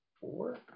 Four